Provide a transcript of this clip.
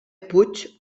puig